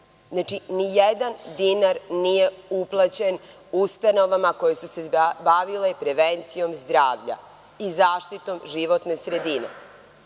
Znači, ni jedan dinar nije uplaćen ustanovama koje su se bavile prevencijom zdravlja i zaštitom životne sredine.